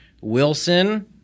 Wilson